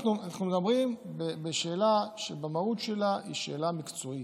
אנחנו מדברים על שאלה שבמהות שלה היא שאלה מקצועית: